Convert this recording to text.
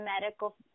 medical